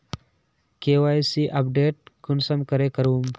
KYC update कुंसम करे करूम?